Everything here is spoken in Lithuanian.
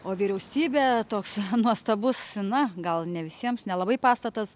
o vyriausybė toks nuostabus na gal ne visiems nelabai pastatas